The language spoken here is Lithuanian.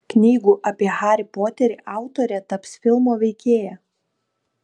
knygų apie harį poterį autorė taps filmo veikėja